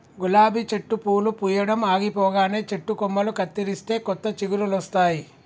గులాబీ చెట్టు పూలు పూయడం ఆగిపోగానే చెట్టు కొమ్మలు కత్తిరిస్తే కొత్త చిగురులొస్తాయి